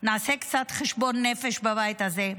נעשה קצת חשבון נפש בבית הזה,